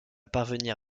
parvenir